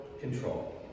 control